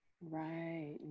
right